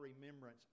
remembrance